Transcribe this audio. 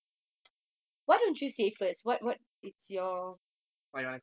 why you wanna copy me is it